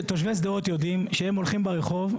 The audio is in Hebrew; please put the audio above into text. תושבי שדרות יודעים שהם הולכים ברחוב,